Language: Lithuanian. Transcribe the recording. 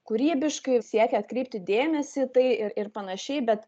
kūrybiškai siekia atkreipti dėmesį tai ir ir panašiai bet